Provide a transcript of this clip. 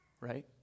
right